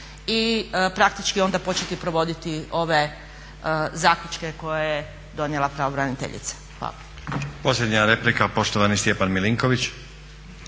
i praktički onda početi provoditi ove zaključke koje je donijela pravobraniteljica.